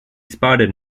spotted